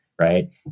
Right